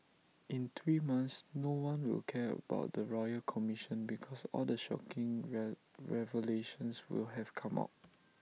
in three months no one will care about the royal commission because all the shocking re revelations will have come out